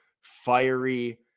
fiery